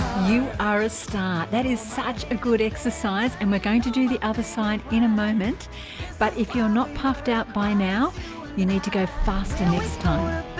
you are a star that is such a good exercise and we are going to do the other side in a moment but if your not puffed out by now you need to go faster next time